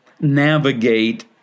navigate